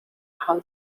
how